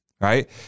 right